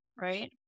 Right